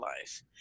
life